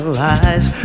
lies